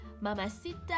mamacita